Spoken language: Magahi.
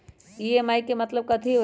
ई.एम.आई के मतलब कथी होई?